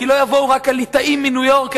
כי לא יבואו רק הליטאים מניו-יורק,